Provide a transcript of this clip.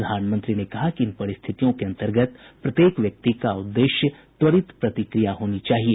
प्रधानमंत्री ने कहा कि इन परिस्थितियों के अंतर्गत प्रत्येक व्यक्ति का उद्देश्य त्वरित प्रतिक्रिया होनी चाहिए